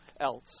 else